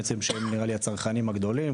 שהם הצרכנים הגדולים,